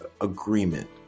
agreement